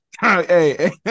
Hey